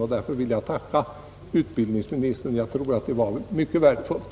Därför vill jag tacka utbildningsministern, och jag upprepar att jag tror att upplysningarna var mycket värdefulla.